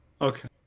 Okay